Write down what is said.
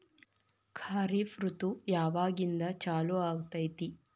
ಖಾರಿಫ್ ಋತು ಯಾವಾಗಿಂದ ಚಾಲು ಆಗ್ತೈತಿ?